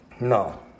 No